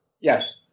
Yes